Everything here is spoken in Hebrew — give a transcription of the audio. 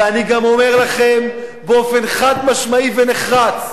ואני גם אומר לכם באופן חד-משמעי ונחרץ: